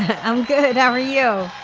i'm good. how are you.